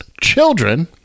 Children